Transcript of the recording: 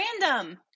random